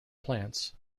plants